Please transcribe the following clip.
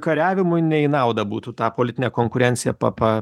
kariavimui ne į nauda būtų ta politinė konkurencija pa pa